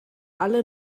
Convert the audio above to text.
alle